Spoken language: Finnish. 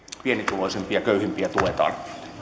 pienituloisimpia ja köyhimpiä tuetaan